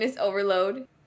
overload